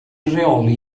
rheoli